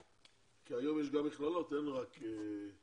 כי היום יש גם מכללות, אין רק אוניברסיטאות.